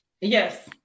Yes